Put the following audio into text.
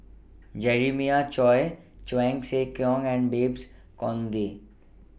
Jeremiah Choy Cheong Siew Keong and Babes Conde